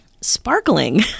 sparkling